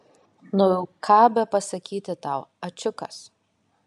nu jau ką bepasakyti tau ačiukas